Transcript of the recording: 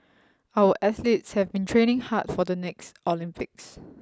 our athletes have been training hard for the next Olympics